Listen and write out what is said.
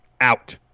out